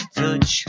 touch